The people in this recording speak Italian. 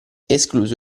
escluso